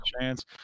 chance